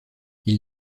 ils